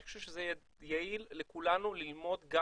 אני חושב שזה יהיה יעיל לכולנו ללמוד גם